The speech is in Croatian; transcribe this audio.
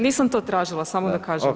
Nisam to tražila, samo da kažem.